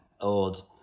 old